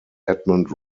edmund